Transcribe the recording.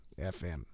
FM